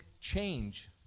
change